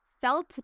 felt